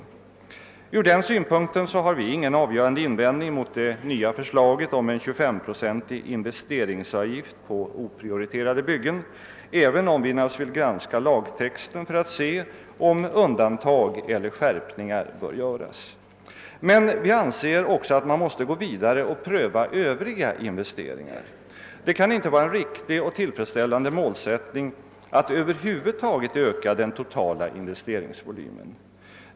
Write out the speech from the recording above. Från den synpunkten har vi ingen avgörande invändning mot det nya förslaget om en 25-procentig investeringsavgift på oprioriterade byggen, även om vi naturligtvis vill granska lagtexten för att se, om undantag eller skärpningar bör göras. Vi anser emellertid också att man måste gå vidare och pröva övriga investeringar. Det kan inte vara en riktig och tillfredsställande målsättning att över huvud taget öka den totala investeringsvolymen.